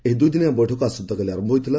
ଏହି ଦୁଇଦିନିଆ ବୈଠକ ଆସନ୍ତାକାଲି ଆରମ୍ଭ ହୋଇଥିଲା